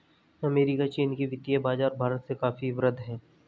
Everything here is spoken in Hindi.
अमेरिका चीन के वित्तीय बाज़ार भारत से काफी वृहद हैं